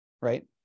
right